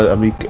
of the